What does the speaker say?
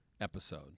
episode